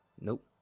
Nope